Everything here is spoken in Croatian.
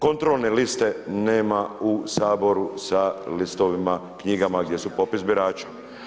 Kontrolne liste nema u Saboru sa listovima, knjigama gdje su popis birača.